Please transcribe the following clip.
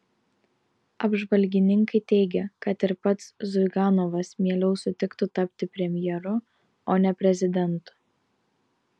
apžvalgininkai teigia kad ir pats ziuganovas mieliau sutiktų tapti premjeru o ne prezidentu